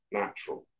natural